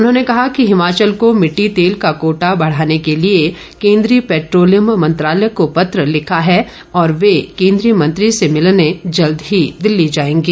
उन्होंने कहा कि हिमाचल को मिट्टी तेल का कोटा बढ़ाने के लिए केंद्रीय पैट्रोलियम मंत्रालय को पत्र लिखा है और वे केंद्रीय मंत्री से मिलने जल्द ही दिल्ली जाएंगे